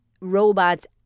robots